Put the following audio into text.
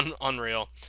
unreal